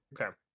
Okay